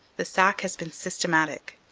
the sack has been systematic.